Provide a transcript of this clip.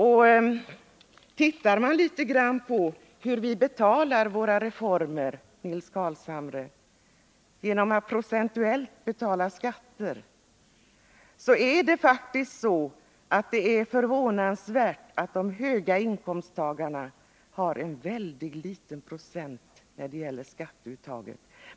Om vi studerar hur våra reformer betalas, Nils Carlshamre, så finner vi hur förvånansvärt litet höginkomsttagarna betalar genom skatteuttaget.